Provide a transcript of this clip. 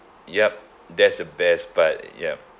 yup that's the best part yup